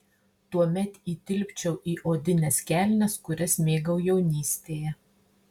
tuomet įtilpčiau į odines kelnes kurias mėgau jaunystėje